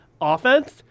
offense